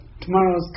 tomorrow's